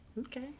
Okay